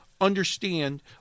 understand